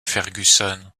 fergusson